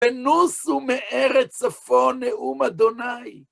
ונוסו מארץ צפון, נאום ה'.